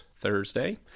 thursday